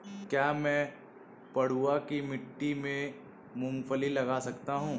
क्या मैं पडुआ की मिट्टी में मूँगफली लगा सकता हूँ?